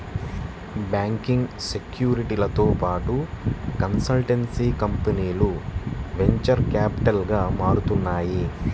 banking, సెక్యూరిటీలతో పాటు consultancy కంపెనీలు వెంచర్ క్యాపిటల్గా మారుతున్నాయి